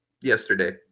yesterday